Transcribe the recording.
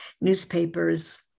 newspapers